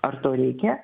ar to reikia